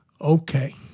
Okay